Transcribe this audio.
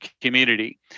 community